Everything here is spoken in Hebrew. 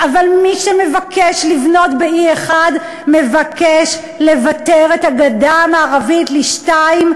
אבל מי שמבקש לבנות ב-E1 מבקש לבתר את הגדה המערבית לשניים,